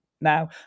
now